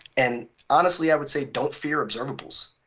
and honestly, i would say don't fear observables,